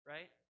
Right